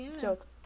joke